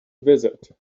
visit